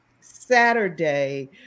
Saturday